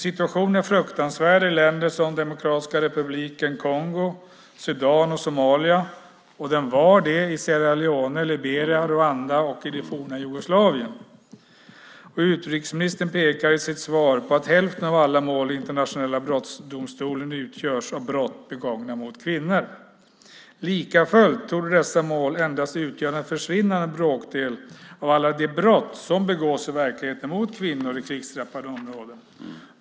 Situationen är fruktansvärd i länder som Demokratiska republiken Kongo, Sudan och Somalia. Den var det i Sierra Leone, Liberia, Rwanda och det forna Jugoslavien. Utrikesministern pekar i sitt svar på att hälften av alla mål i Internationella brottmålsdomstolen utgörs av brott begångna mot kvinnor. Likafullt torde dessa mål endast utgöra en försvinnande bråkdel av alla de brott som i verkligheten begås mot kvinnor i krigsdrabbade områden.